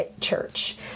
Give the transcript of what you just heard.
church